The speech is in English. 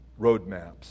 roadmaps